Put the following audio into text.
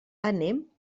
anem